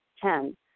Ten